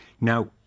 Now